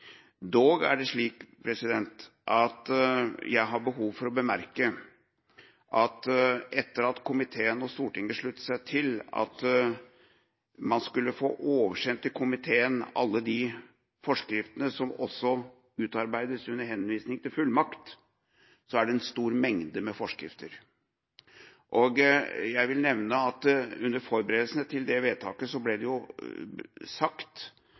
Dog er det slik at jeg har behov for å bemerke at etter at komiteen og Stortinget besluttet at man skulle oversende til komiteen også alle de forskriftene som utarbeides under henvisning til fullmakt, så er det en stor mengde med forskrifter. Jeg vil nevne at under forberedelsene til det vedtaket ble det sagt at det